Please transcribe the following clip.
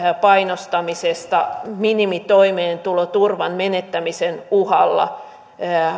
painostamisesta minimitoimeentuloturvan menettämisen uhalla